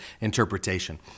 interpretation